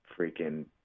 freaking